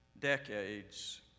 Decades